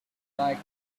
like